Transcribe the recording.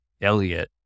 Elliot